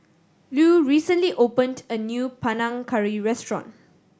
Lew recently opened a new Panang Curry restaurant